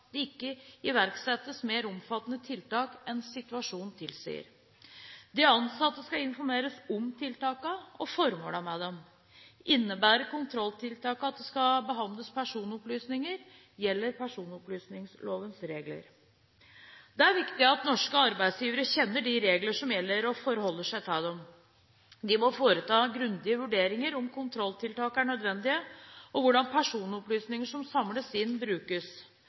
det ikke iverksettes mer omfattende tiltak enn situasjonen tilsier. De ansatte skal informeres om tiltakene og formålet med dem. Innebærer kontrolltiltakene at det skal behandles personopplysninger, gjelder personopplysningslovens regler. Det er viktig at norske arbeidsgivere kjenner de reglene som gjelder, og forholder seg til dem. De må foreta grundige vurderinger av om kontrolltiltak er nødvendige, og hvordan personopplysninger som samles inn, kan brukes.